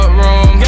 room